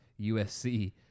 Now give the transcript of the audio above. USC